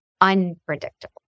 unpredictable